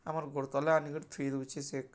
ଆମର୍ ଗୋଡ଼୍ ତଲେ ଆନିକରି ଥୁଇ ଦେଉଛେ ସେ